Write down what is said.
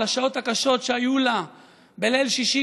על השעות הקשות שהיו לה בליל שישי,